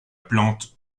plante